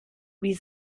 wie